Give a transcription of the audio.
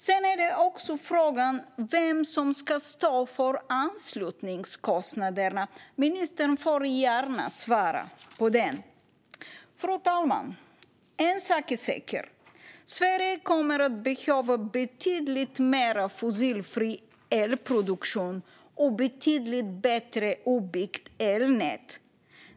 Frågan är även vem som ska stå för anslutningskostnaderna. Ministern får gärna svara på det. Fru talman! En sak är säker: Sverige kommer att behöva betydligt mer fossilfri elproduktion och ett betydligt bättre utbyggt elnät.